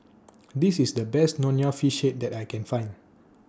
This IS The Best Nonya Fish Head that I Can Find